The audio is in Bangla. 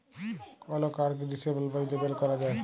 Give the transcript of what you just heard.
কল কাড়কে ডিসেবল বা ইলেবল ক্যরা যায়